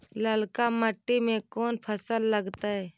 ललका मट्टी में कोन फ़सल लगतै?